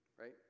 right